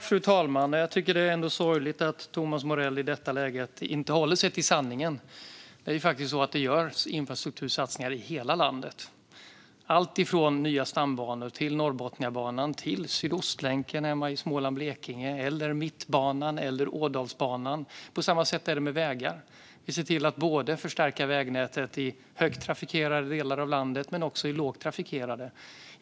Fru talman! Jag tycker ändå att det är sorgligt att Thomas Morell i detta läge inte håller sig till sanningen. Det är faktiskt så att det görs infrastruktursatsningar i hela landet, alltifrån nya stambanor till Norrbotniabanan och Sydostlänken hemma i Småland och Blekinge - eller Mittbanan eller Ådalsbanan. På samma sätt är det med vägar: Vi ser till att förstärka vägnätet både i högtrafikerade delar av landet och i lågtrafikerade delar.